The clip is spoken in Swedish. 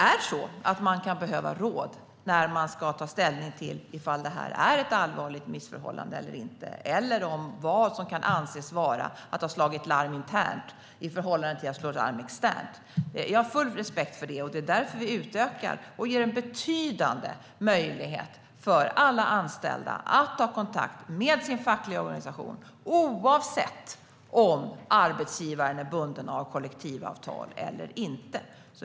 Visst kan man behöva råd när man ska ta ställning till om något är ett allvarligt missförhållande eller inte, eller om vad som kan anses vara att ha slagit larm internt i förhållande till att slå larm externt. Jag har full respekt för det, och det är därför vi utökar det hela och ger en betydande möjlighet för alla anställda att ta kontakt med sin fackliga organisation oavsett om arbetsgivaren är bunden av kollektivavtal eller inte.